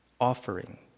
offering